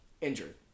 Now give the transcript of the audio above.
injured